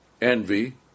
envy